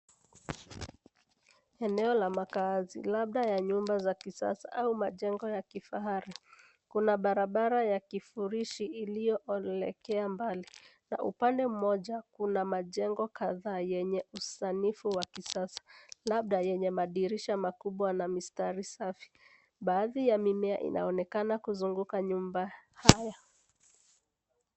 Eneo la makaazi labda za nyumba za kisasa au majengo ya kifahari kuna barabara ya kifurishi iliyoelekea mbali na upande mmoja kuna majengo kadhaa yenye usanifu wa kisasa labda yenye madirisha makubwa na mistari safi. Baadhi ya mimea inaonekana kuzunguka nyumba haya.